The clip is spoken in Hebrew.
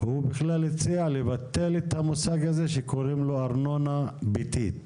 הוא בכלל הציע לבטל את המושג הזה שקוראים לו ארנונה ביתית.